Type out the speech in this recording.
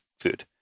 food